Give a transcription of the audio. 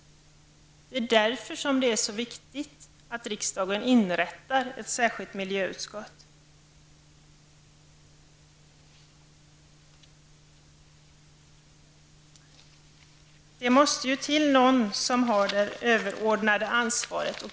Det är därför som det är så viktigt att riksdagen inrättar ett särskilt miljöutskott. Det måste till någon som har det överordnade ansvaret.